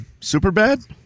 Superbad